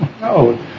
No